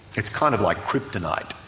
it's kind of like kryptonite,